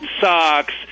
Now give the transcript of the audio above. socks